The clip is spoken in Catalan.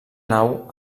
nau